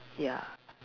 ya